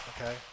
Okay